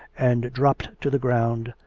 and dropped to the ground,